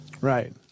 Right